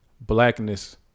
blackness